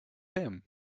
him